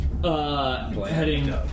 Heading